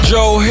Joe